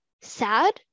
sad